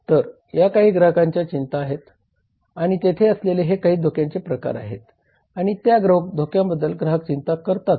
तर या काही ग्राहकांच्या चिंता आहेत आणि तेथे असलेले हे काही धोक्यांचे प्रकार आहेत आणि त्या धोक्यांबद्दल ग्राहक चिंता करतात